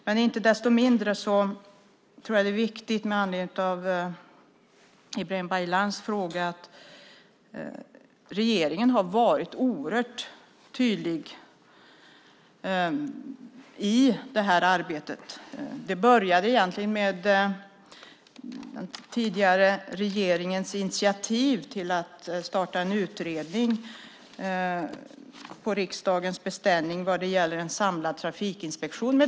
Jag tror att det är viktigt, med tanke på Ibrahim Baylans fråga, att vara tydlig. Regeringen har varit oerhört tydlig i det här arbetet. Det började egentligen med att den tidigare regeringen, på beställning av riksdagen, tog initiativ till att tillsätta en utredning om en samlad trafikinspektion.